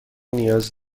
نیاز